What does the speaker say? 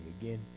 Again